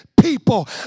people